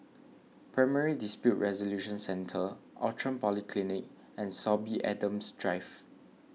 Primary Dispute Resolution Centre Outram Polyclinic and Sorby Adams Drive